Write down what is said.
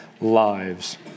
Lives